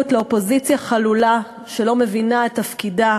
לאופוזיציה חלולה שלא מבינה את תפקידה